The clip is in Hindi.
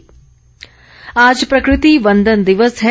प्रकृति वंदन दिवस आज प्रकति वंदन दिवस है